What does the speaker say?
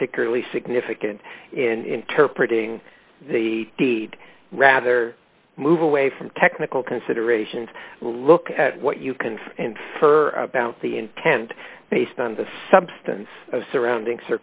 particularly significant interpretating the deed rather move away from technical considerations look at what you can infer about the intent based on the substance of surrounding